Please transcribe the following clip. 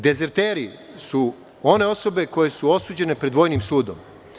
Dezerteri su one osobe koje su osuđene pred vojnim sudom.